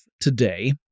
today